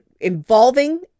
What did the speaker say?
involving